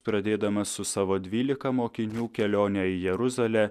pradėdamas su savo dvylika mokinių kelionę į jeruzalę